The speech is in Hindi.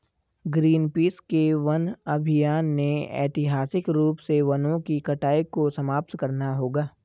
ग्रीनपीस के वन अभियान ने ऐतिहासिक रूप से वनों की कटाई को समाप्त करना होगा